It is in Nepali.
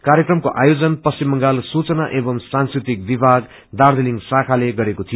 कार्यक्रमको आयोजना पश्चिम बंगाल सूचना एवं सांस्कृतिक विमाग दार्जीलिङ शाखाले गरेको थियो